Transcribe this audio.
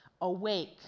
Awake